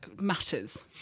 matters